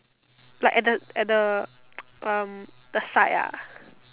like at the at the um the side ah